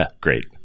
great